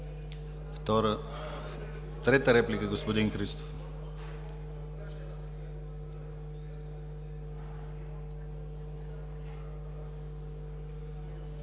Трета реплика – господин Христов.